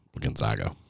Gonzaga